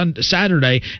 Saturday